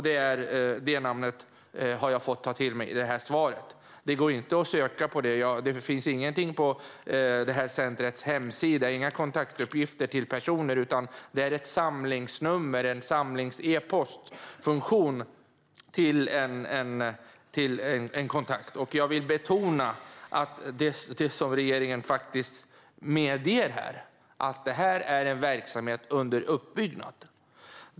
Det namnet har jag fått i statsrådets svar; det går inte att söka upp det. Det finns inget på centrumets hemsida och inga kontaktuppgifter till personer, utan det finns ett samlingsnummer och en samlad e-postfunktion som kontakt. Jag vill betona det regeringen faktiskt medger här, nämligen att detta är en verksamhet under uppbyggnad.